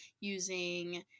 using